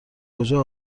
کجا